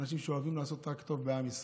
אנשים שאוהבים לעשות רק טוב בעם ישראל.